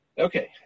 Okay